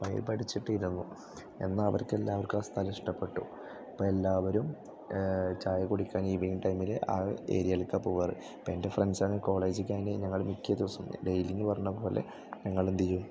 വൈബടിച്ചിട്ട് ഇരുന്നു എന്നാൽ അവർക്കെല്ലാവർക്കും ആ സ്ഥലം ഇഷ്ടപ്പെട്ടു എല്ലാവരും ചായ കുടിക്കാൻ ഈവനിങ്ങ് ടൈമിൽ ആ ഏരിയേലക്കാണ് പോകാറ് അപ്പം എൻ്റെ ഫ്രണ്ട്സാണെങ്കിൽ കോളേജ് ക്യാൻ്റീനിൽ നിന്ന് ഞങ്ങൾ മിക്ക ദിവസവും ഡെയിലിന്ന് പറഞ്ഞ പോലെ ഞങ്ങളെന്ത് ചെയ്യും